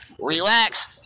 relax